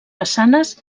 façanes